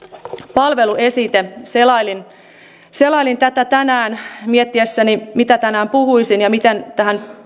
palveluesite selailin selailin tätä tänään miettiessäni mitä tänään puhuisin ja miten tähän